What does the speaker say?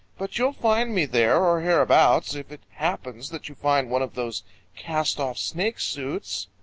but you'll find me there or hereabouts, if it happens that you find one of those cast-off snake suits.